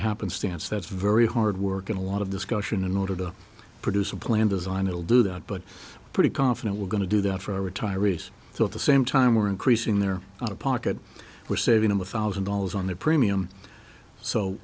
happenstance that's very hard work and a lot of discussion in order to produce a plan design it will do that but pretty confident we're going to do that for our retirees thought the same time we're increasing their out of pocket we're saving them a thousand dollars on their premium so